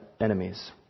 enemies